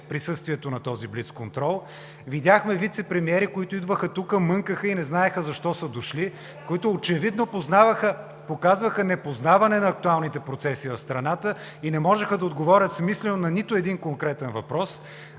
присъствието на този блицконтрол. Видяхме вицепремиери, които идваха тук, мънкаха и не знаеха защо са дошли, които очевидно показваха непознаване на актуалните процеси в страната и не можеха да отговорят смислено на нито един конкретен въпрос.